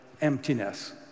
emptiness